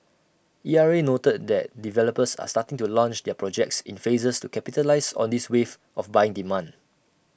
E R A noted that developers are starting to launch their projects in phases to capitalise on this wave of buying demand